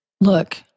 look